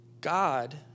God